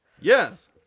Yes